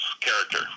character